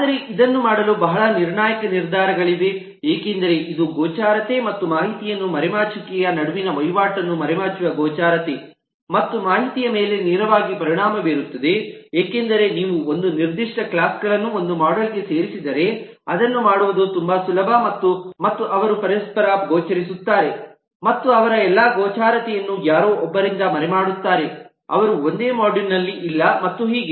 ಆದರೆ ಇದನ್ನು ಮಾಡಲು ಬಹಳ ನಿರ್ಣಾಯಕ ನಿರ್ಧಾರಗಳಿಗಿವೆ ಏಕೆಂದರೆ ಇದು ಗೋಚರತೆ ಮತ್ತು ಮಾಹಿತಿಯ ಮರೆಮಾಚುವಿಕೆಯ ನಡುವಿನ ವಹಿವಾಟನ್ನು ಮರೆಮಾಚುವ ಗೋಚರತೆ ಮತ್ತು ಮಾಹಿತಿಯ ಮೇಲೆ ನೇರವಾಗಿ ಪರಿಣಾಮ ಬೀರುತ್ತದೆ ಏಕೆಂದರೆ ನೀವು ಒಂದು ನಿರ್ದಿಷ್ಟ ಕ್ಲಾಸ್ಗಳನ್ನು ಒಂದು ಮಾಡ್ಯೂಲ್ ಗೆ ಸೇರಿಸಿದರೆ ಅದನ್ನು ಮಾಡುವುದು ತುಂಬಾ ಸುಲಭ ಅವರು ಪರಸ್ಪರ ಗೋಚರಿಸುತ್ತಾರೆ ಮತ್ತು ಅವರ ಎಲ್ಲ ಗೋಚರತೆಯನ್ನು ಯಾರೊ ಒಬ್ಬರಿಂದ ಮರೆಮಾಡುತ್ತಾರೆ ಅವರು ಒಂದೇ ಮಾಡ್ಯೂಲ್ ನಲ್ಲಿ ಇಲ್ಲ ಮತ್ತು ಹೀಗೆ